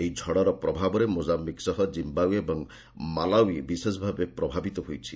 ଏହି ଝଡ଼ର ପ୍ରଭାବରେ ମୋଜାୟିକ୍ ସହ ଜିମ୍ବାଓ୍ବେ ଏବଂ ମାଲାଓ୍ଡି ବିଶେଷ ଭାବେ ପ୍ରଭାବିତ ହୋଇଛି